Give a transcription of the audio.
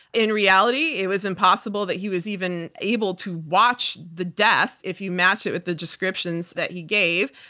in reality, it was impossible that he was even able to watch the death, if you match it with the descriptions that he gave.